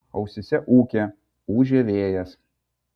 ausyse ūkė ūžė vėjas